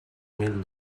mil